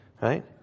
Right